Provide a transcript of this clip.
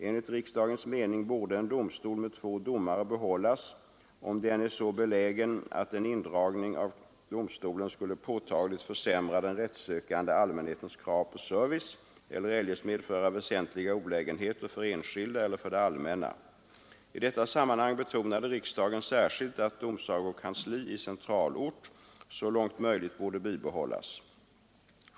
Enligt riksdagens mening borde en domstol med två domare behållas om den är så belägen att en indragning av domstolen skulle påtagligt försämra den rättssökande allmänhetens krav på service eller eljest medföra väsentliga olägenheter för enskilda eller för det allmänna. I detta sammanhang betonade riksdagen särskilt att domsagokansli i centralort så långt möjligt borde bibehållas.